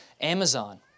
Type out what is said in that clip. Amazon